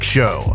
Show